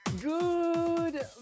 Good